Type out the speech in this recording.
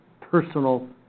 personal